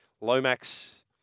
Lomax